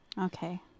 Okay